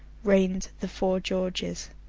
reigned the four georges.